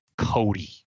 Cody